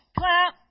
clap